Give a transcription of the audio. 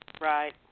Right